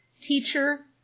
Teacher